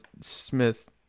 Smith